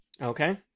Okay